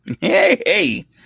Hey